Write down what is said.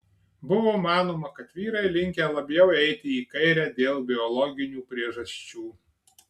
buvo manoma kad vyrai linkę labiau eiti į kairę dėl biologinių priežasčių